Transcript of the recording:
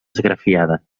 esgrafiada